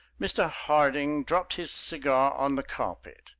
mr. harding dropped his cigar on the carpet,